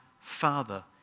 Father